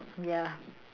ya